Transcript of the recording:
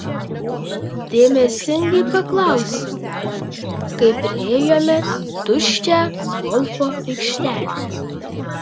dėmesingai paklausiau kai priėjome tuščią golfo aikštelę